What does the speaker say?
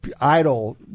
idle